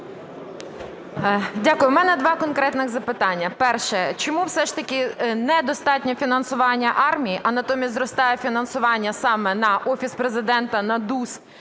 Дякую. У мене два конкретних запитання. Перше. Чому все ж таки недостатнє фінансування армії, а натомість зростає фінансування саме на Офіс Президента, на ДУС